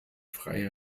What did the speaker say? freie